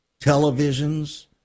televisions